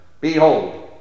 Behold